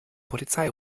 polizei